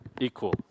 Equal